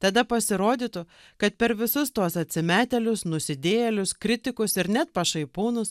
tada pasirodytų kad per visus tuos atsimetėlius nusidėjėlius kritikus ir net pašaipūnus